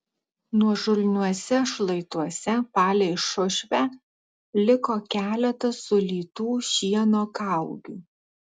nuožulniuose šlaituose palei šušvę liko keletas sulytų šieno kaugių